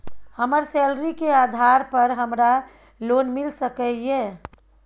हमर सैलरी के आधार पर हमरा लोन मिल सके ये?